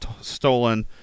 stolen